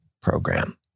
program